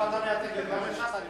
אני מבין שעכשיו אתה מייצג גם את ש"ס.